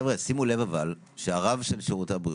שימו לב מה אמר הרב של שירותי הבריאות.